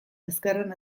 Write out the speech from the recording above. ezkerren